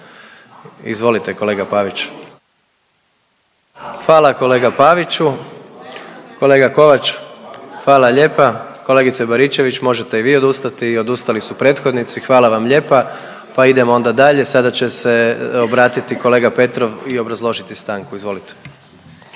Izvolite, kolega Pavić. Hvala kolega Paviću. Kolega Kovač, hvala lijepa. Možete i vi odustati i odustali su prethodnici. Hvala vam lijepa pa idemo onda dalje. Sada će se obratiti kolega Petrov i obrazložiti stanku. Izvolite.